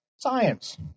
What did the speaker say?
science